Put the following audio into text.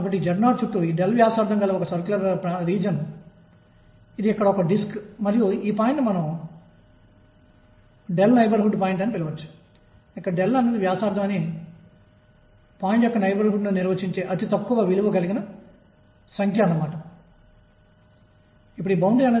కాబట్టి చర్య ఇప్పుడు ఇది 2 AAp dx 2Eకి సమానం అవుతుంది